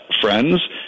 friends